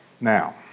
Now